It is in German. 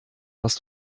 was